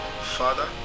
Father